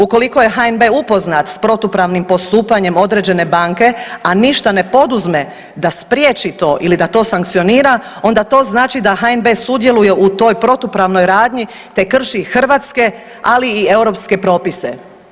Ukoliko je HNB upoznat s protupravnim postupanjem određene banke, a ništa ne poduzme da spriječi to ili da to sankcionira, onda to znači da HNB sudjeluje u toj protupravnoj radnji te krši hrvatske, ali i europske propise.